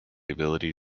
ability